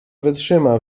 wytrzyma